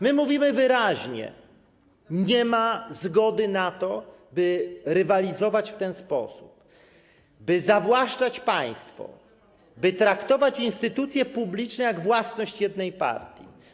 My mówimy wyraźnie: Nie ma zgody na to, by rywalizować w ten sposób, by zawłaszczać państwo, by traktować instytucje publiczne jak własność jednej partii.